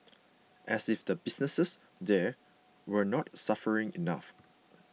as if the businesses there weren't suffering enough